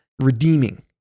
redeeming